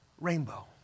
rainbow